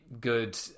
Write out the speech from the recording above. good